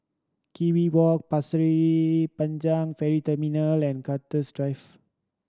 Kew Walk Pasir Panjang Ferry Terminal and Cactus Drive